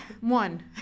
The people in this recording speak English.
One